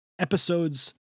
episodes